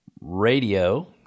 Radio